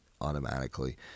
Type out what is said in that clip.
automatically